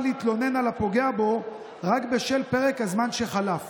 להתלונן על הפוגע בו רק בשל פרק הזמן שחלף